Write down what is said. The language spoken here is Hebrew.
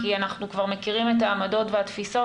כי אנחנו כבר מכירים את העמדות והתפיסות,